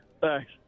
Thanks